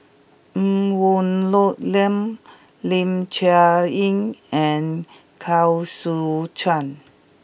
Ng Woon Lam Ling Cher Eng and Koh Seow Chuan